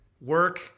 work